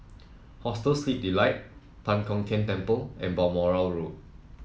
Hostel Sleep Delight Tan Kong Tian Temple and Balmoral Road